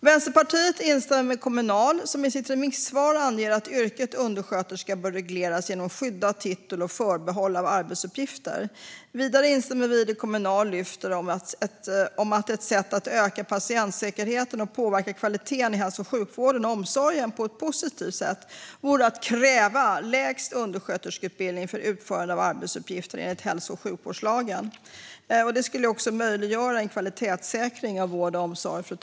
Vänsterpartiet instämmer med Kommunal, som i sitt remissvar anger att yrket undersköterska bör regleras genom skyddad titel och förbehåll av arbetsuppgifter. Vidare instämmer vi i det Kommunal lyfter upp om att ett sätt att öka patientsäkerheten och påverka kvaliteten i hälso och sjukvården och omsorgen på ett positivt sätt vore att kräva lägst undersköterskeutbildning för utförare av arbetsuppgifter enligt hälso och sjukvårdslagen. Det skulle också möjliggöra en kvalitetssäkring av vård och omsorg.